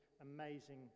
amazing